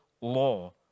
law